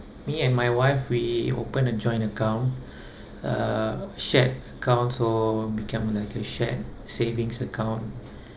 me and my wife we open a joint account a shared account so become like a shared savings account